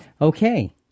Okay